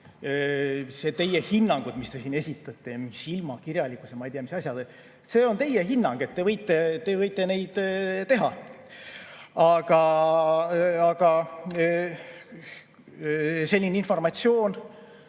teie hinnangud, mille te siin esitasite, silmakirjalikkus, ma ei tea, mis asjad – need on teie hinnangud, te võite neid teha. Aga selline informatsioon,